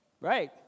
Right